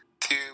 two